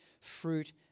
fruit